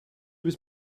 was